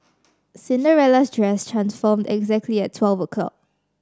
Cinderella's dress transformed exactly at twelve o' clock